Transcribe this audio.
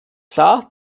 klar